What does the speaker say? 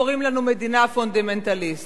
קוראים לנו מדינה פונדמנטליסטית.